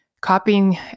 copying